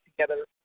together